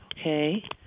okay